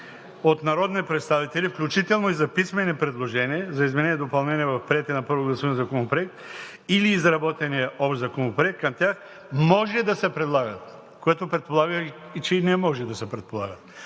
„…от народни представители, включително и за писмени предложения за изменение и допълнение в приетия на първо гласуване законопроект или изработения общ законопроект към тях, може да се предлагат“, което предполага и че не може да се предлагат.